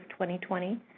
2020